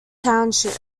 township